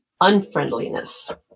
unfriendliness